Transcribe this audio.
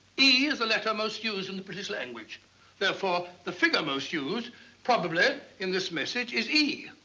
e is a letter most used in the british language therefore the figure most used probably in this message is e.